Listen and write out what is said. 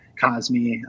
Cosme